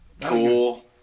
Cool